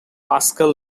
pascal